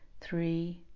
three